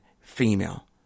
female